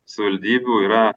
savivaldybių yra